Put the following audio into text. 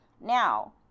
Now